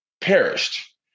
perished